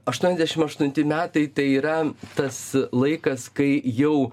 aštuoniasdešim aštunti metai tai yra tas laikas kai jau